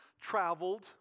traveled